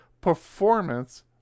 performance